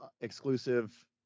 exclusive